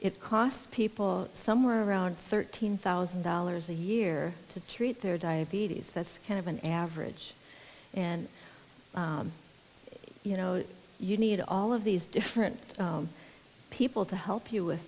it costs people somewhere around thirteen thousand dollars a year to treat their diabetes that's kind of an average and you know you need all of these different people to help you with